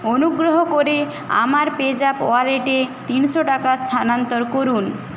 অনুগ্রহ করে আমার পেজ্যাপ ওয়ালেটে তিনশো টাকা স্থানান্তর করুন